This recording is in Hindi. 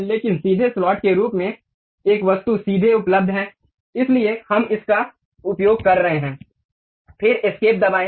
लेकिन सीधे स्लॉट के रूप में एक वस्तु सीधे उपलब्ध है इसलिए हम उसका उपयोग कर रहे हैं फिर एस्केप दबाये